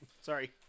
Sorry